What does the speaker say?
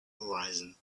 horizon